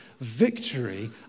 victory